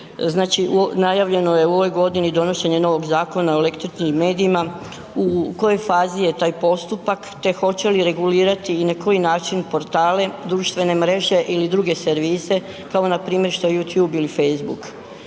Znači najavljeno je u ovoj godini donošenje novog Zakona o elektroničkim medijima. U kojoj fazi je taj postupak te hoće li regulirati i na koji način portale, društvene mreže ili druge servise kao npr. što je youtube ili facebook?